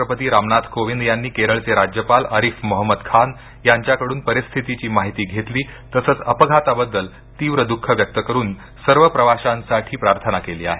राष्ट्रपती रामनाथ कोविन्द यांनी केरळचे राज्यपाल आरिफ मोहमंद खान यांच्याकडून परिस्थितीची माहिती घेतली तसंच अपघाताबद्दल तीव्र दुःख व्यक्त करून सर्व प्रवाशांसाठी प्रार्थना केली आहे